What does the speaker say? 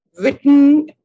written